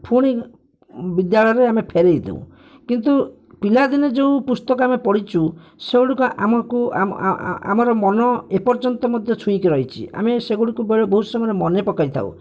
ପୁଣି ବିଦ୍ୟାଳୟରେ ଆମେ ଫେରାଇ ଦେଉ କିନ୍ତୁ ପିଲାଦିନେ ଆମେ ଯେଉଁ ପୁସ୍ତକ ଆମେ ପଢ଼ିଛୁ ସେଗୁଡ଼ିକୁ ଆମକୁ ଆମର ମନ ଏପର୍ଯ୍ୟନ୍ତ ମଧ୍ୟ ଛୁଇଁକି ରହିଛି ଆମେ ସେଗୁଡ଼ିକୁ ବେଳେ ବହୁତ ସମୟ ମନେପକାଇଥାଉ